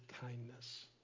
kindness